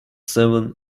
seven